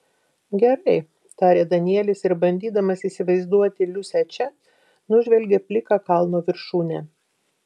gerai tarė danielis ir bandydamas įsivaizduoti liusę čia nužvelgė pliką kalno viršūnę